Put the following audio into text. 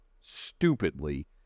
stupidly